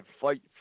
fight